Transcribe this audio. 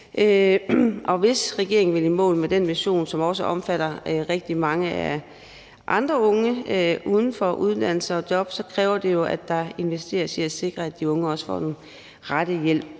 Hvis regeringen vil i mål med den vision, som også omfatter rigtig mange andre unge uden for uddannelse og job, kræver det jo, at der investeres i at sikre, at de unge får den rette hjælp